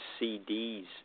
CDs